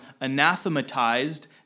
anathematized